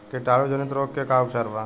कीटाणु जनित रोग के का उपचार बा?